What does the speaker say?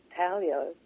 Talio